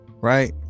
right